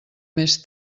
més